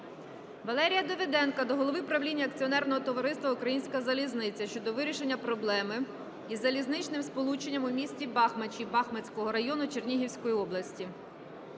Валерія Давиденка до Голови правління акціонерного товариства "Українська залізниця" щодо вирішення проблеми із залізничним сполученням у місті Бахмачі Бахмацького району Чернігівської області.